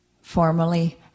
formally